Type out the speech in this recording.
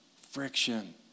Friction